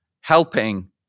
helping